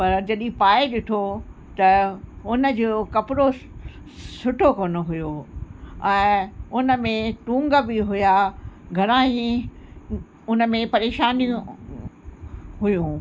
पर जॾहिं पाए ॾिठो त हुनजो कपिड़ो सुठो कोन हुओ ऐं हुन में टूंग बि हुआ घणेई हुन में परेशानियूं हुयूं